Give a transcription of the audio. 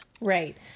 Right